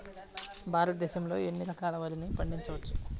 భారతదేశంలో ఎన్ని రకాల వరిని పండించవచ్చు